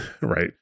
right